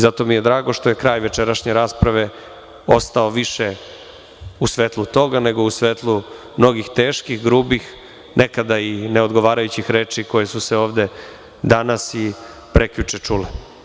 Zato mi je drago što je kraj večerašnje rasprave ostao više u svetlu toga, nego u svetlu mnogih teških, grubih, nekada i ne odgovarajućih reči koje su se ovde danas i prekjuče .čule.